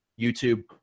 YouTube